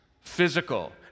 physical